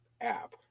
app